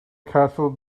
castle